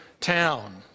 town